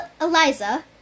Eliza